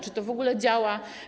Czy to w ogóle działa?